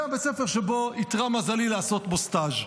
זה בית הספר שאיתרע מזלי לעשות בו סטאז'.